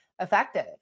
effective